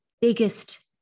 biggest